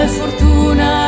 fortuna